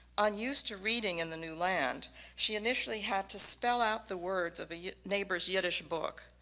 unused to reading in the new land she initially had to spell out the words of the neighbor's yiddish book,